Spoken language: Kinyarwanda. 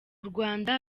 rwanda